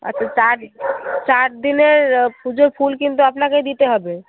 আচ্ছা চার চারদিনের পুজোর ফুল কিন্তু আপনাকেই দিতে হবে